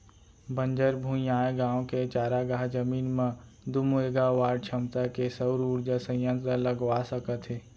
बंजर भुइंयाय गाँव के चारागाह जमीन म दू मेगावाट छमता के सउर उरजा संयत्र ल लगवा सकत हे